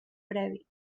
previ